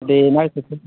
ते नुआढ़े सिस्टम